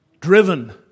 driven